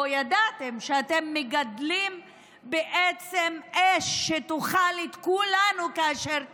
או ידעתם שאתם מגדלים בעצם אש שתאכל את כולנו כאשר תשתולל.